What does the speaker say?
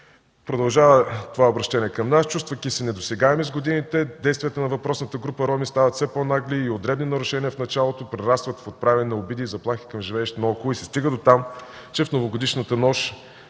боклуци от сметището. Чувствайки се недосегаеми, с годините действията на въпросната група роми стават все по-нагли и от дребни нарушения в началото прерастват в отправяне на обиди и заплахи към живеещите наоколо. Стигна се дотам, че в новогодишната нощ